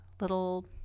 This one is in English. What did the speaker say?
little